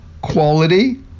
quality